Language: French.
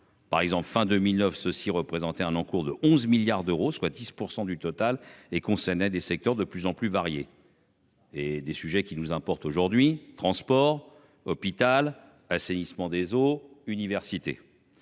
par exemple fin 2009, ceux-ci représentaient un encours de 11 milliards d'euros, soit 10% du total et concernaient des secteurs de plus en plus variés. Et des sujets qui nous importe aujourd'hui transport hôpital assainissement des eaux université.